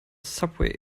subway